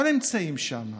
אבל הם נמצאים שם,